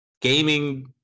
gaming